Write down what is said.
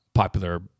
popular